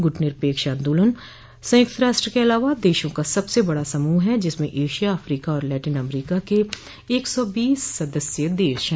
गुटनिरपेक्ष आंदोलन संयुक्त राष्ट्र के अलावा देशों का सबसे बड़ा समूह है जिसमें एशिया अफ्रीका और लैटिन अमरीका के एक सौ बीस सदस्य देश हैं